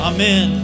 Amen